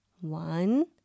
One